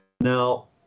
Now